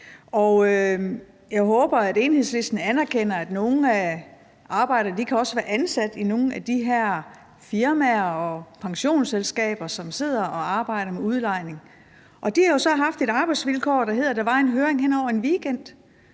jeg håber, at Enhedslisten anerkender, at nogle af arbejderne også kan være ansat i nogle af de her firmaer og pensionsselskaber, som sidder og arbejder med udlejning. Og de har jo så haft nogle arbejdsvilkår, der betyder, at der var en høring hen over en weekend.